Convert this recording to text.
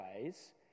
ways